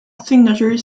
signature